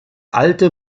alte